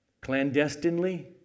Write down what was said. Clandestinely